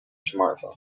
smartphone